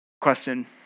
Question